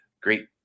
great